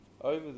over